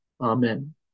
Amen